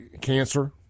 cancer